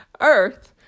Earth